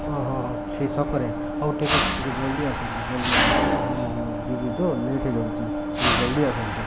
ହଁ ହଁ ଅଛି ଛକରେ ହଉ ଠିକ୍ ଅଛି ଟିକେ ଜଲ୍ଦି ଆସନ୍ତୁ ଜଲ୍ଦି ଆସନ୍ତୁ ହେଲା ମୁଁ ଯିବି ତ ଲେଟ୍ ହେଇଯାଉଛି ଟିକେ ଜଲ୍ଦି ଆସନ୍ତୁ